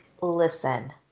listen